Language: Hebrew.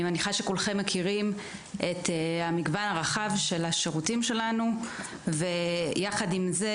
אני מניחה שכולכם מכירים את המגוון הרחב של שירותנו ויחד עם זה